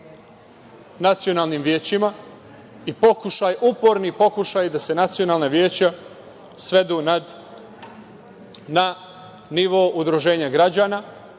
nacionalnim većima i uporni pokušaj da se nacionalna veća svedu na nivo udruženja građana,